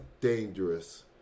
dangerous